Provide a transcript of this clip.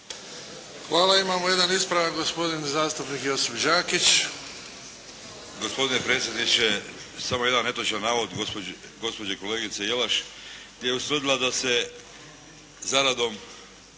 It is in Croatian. Hvala. Imamo jedan ispravak gospodin zastupnik Josip Đakić.